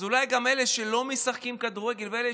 אז אולי גם אלה שלא משחקים כדורגל ואלה